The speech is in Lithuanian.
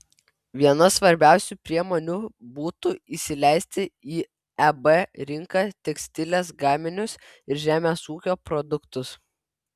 viena svarbiausių priemonių būtų įsileisti į eb rinką tekstilės gaminius ir žemės ūkio produktus